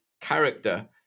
character